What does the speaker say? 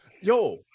Yo